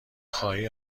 خواهی